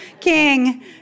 king